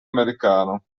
americano